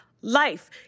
life